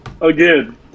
Again